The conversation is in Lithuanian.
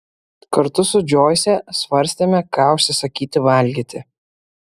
kartu su džoise svarstėme ką užsisakyti valgyti